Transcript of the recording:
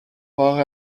war